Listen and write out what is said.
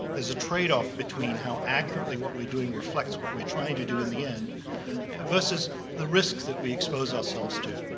there's a trade-off between how accurately what we're doing reflects what we're trying to do in the end versus the risks that we expose ourselves to.